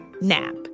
nap